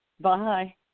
Bye